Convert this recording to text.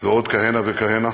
ועוד כהנה וכהנה.